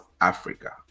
Africa